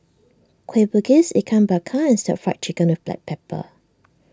Kueh Bugis Ikan Bakar and Stir Fry Chicken with Black Pepper